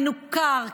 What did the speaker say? מנוכר,